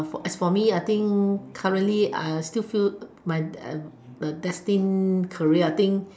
as for me I think currently I still feel my destine career I think